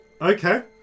Okay